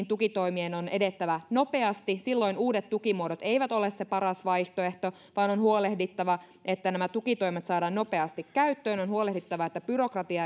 tukitoimien on edettävä nopeasti silloin uudet tukimuodot eivät ole se paras vaihtoehto vaan on huolehdittava että nämä tukitoimet saadaan nopeasti käyttöön on huolehdittava että byrokratia